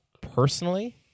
Personally